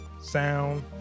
Sound